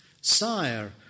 sire